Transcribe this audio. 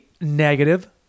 negative